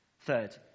third